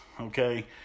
Okay